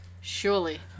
Surely